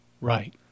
Right